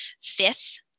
fifth